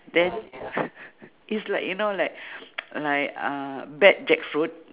then it's like you know like like uh bad jackfruit